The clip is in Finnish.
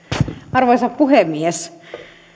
arvoisa puhemies